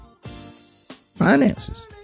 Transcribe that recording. Finances